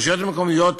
הרשויות המקומיות,